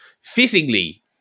Fittingly